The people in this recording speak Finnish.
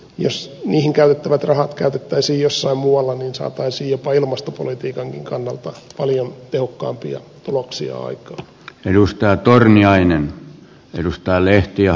jos neljänsiin ikkunalaseihin käytettävät rahat käytettäisiin johonkin muuhun saataisiin jopa ilmastopolitiikankin kannalta paljon tehokkaampia tuloksia aikaan